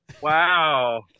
wow